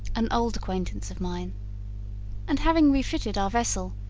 an old acquaintance of mine and, having refitted our vessel,